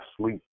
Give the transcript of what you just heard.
sleep